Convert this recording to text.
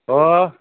ഓ